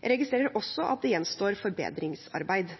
Jeg registrerer også at det gjenstår forbedringsarbeid.